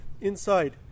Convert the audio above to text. inside